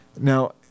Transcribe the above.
Now